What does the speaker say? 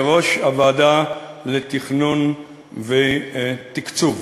כראש הוועדה לתכנון ולתקצוב.